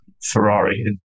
Ferrari